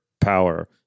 power